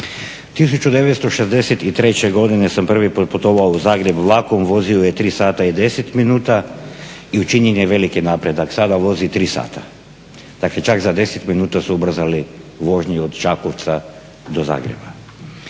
1963. godine sam prvi puta putovao u Zagreb vlakom, vozio je 3 sata i 10 minuta i učinjen je veliki napredak. Sada vozi 3 sata, dakle čak za 10 minuta su ubrzali vožnju od Čakovca do Zagreba.